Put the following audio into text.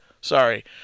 Sorry